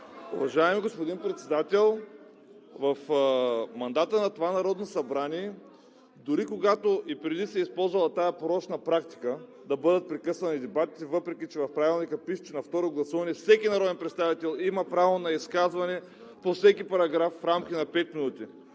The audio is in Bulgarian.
Уважаеми господин Председател, в мандата на това Народно събрание, дори когато и преди се е използвала тази порочна практика да бъдат прекъсвани дебатите, въпреки че в Правилника пише, че на второ гласуване всеки народен представител има право на изказване по всеки параграф в рамките на пет минути,